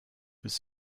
was